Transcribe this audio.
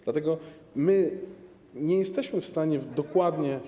Dlatego my nie jesteśmy w stanie dokładnie.